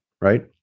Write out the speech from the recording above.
right